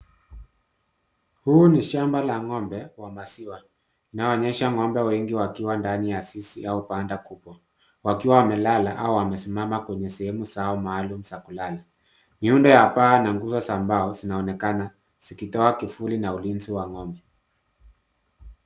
Huu ni shamba la ng'ombe wa maziwa inaonyesha ng'ombe wengi wakiwa ndani ya zizi au banda kubwa wakiwa wamelala au amesimama kwenye sehemu zao maalum za kulala. Miundo ya paa na nguzo za mbao zinaonekana zikitoa kivuli na ulinzi wa ng'ombe.